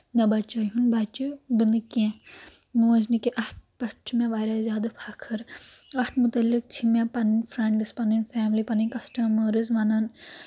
مےٚ بَچٲوہُن بَچہٕ بہٕ نہٕ کینٛہہ موج نہٕ کہِ اَتھ پؠٹھ چھُ مےٚ واریاہ زیادٕ فخٕر اَتھ مُتعلِق چھِ مےٚ پَنٕنۍ فرٛؠنٛڈٕز پَنٕنۍ فیملی پَنٕنۍ کَسٹمٲرٕز وَنان